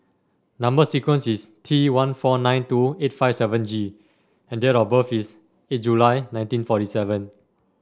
number sequence is T one four nine two eight five seven G and date of birth is eight July nineteen forty seven